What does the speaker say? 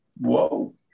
Whoa